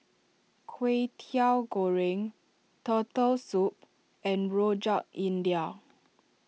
Kwetiau Goreng Turtle Soup and Rojak India